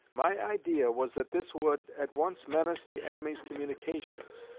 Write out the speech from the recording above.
my idea was, that this would at once menace the enemy's communications,